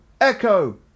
echo